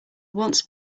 once